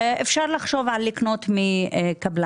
אפשר לחשוב על לקנות מקבלן.